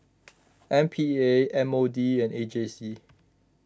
M P A M O D and A J C